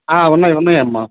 ఉన్నాయి ఉన్నాయ్యమ్మ